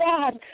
God